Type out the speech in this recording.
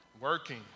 working